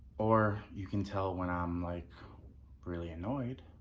or you can tell when i am like really annoyed.